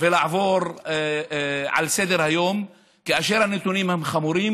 ולעבור לסדר-היום כאשר הנתונים הם חמורים,